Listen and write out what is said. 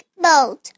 boat